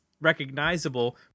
recognizable